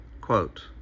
quote